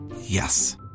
Yes